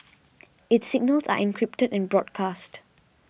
its signals are encrypted and broadcast